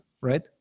right